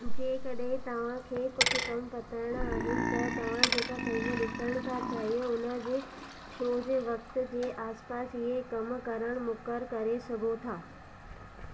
जेकॾहिं तव्हांखे कुझु कम पताइणा आहिनि त तव्हां जेका फिल्म ॾिसणु था चाहियो हुनजे शो जे वक़्त जे आसपास इहे कमु करणु मुकर करे सघो था